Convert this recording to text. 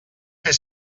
fer